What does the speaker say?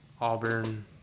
auburn